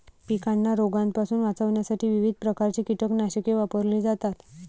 पिकांना रोगांपासून वाचवण्यासाठी विविध प्रकारची कीटकनाशके वापरली जातात